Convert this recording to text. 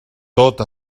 tot